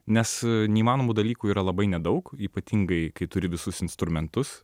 nes neįmanomų dalykų yra labai nedaug ypatingai kai turi visus instrumentus